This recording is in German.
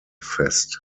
fest